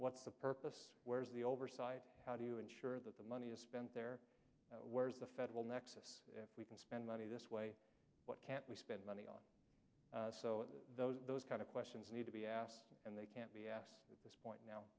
what's the purpose where's the oversight how do you ensure that the money is spent there where is the federal nexus if we can spend money this way what can't we spend money on those those kind of questions need to be asked and they can't be asked this point now